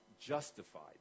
justified